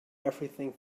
everything